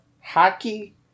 Hockey